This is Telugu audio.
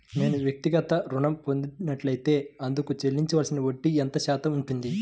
నేను వ్యక్తిగత ఋణం పొందినట్లైతే అందుకు చెల్లించవలసిన వడ్డీ ఎంత శాతం ఉంటుంది?